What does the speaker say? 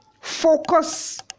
focus